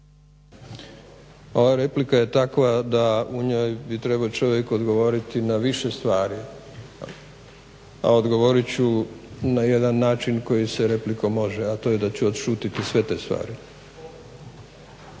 Pa replika je takva da u njoj bi trebao čovjek odgovoriti na više stvari, a odgovorit ću na jedan način koji se replikom može, a to je da ću odšutiti sve te stvari.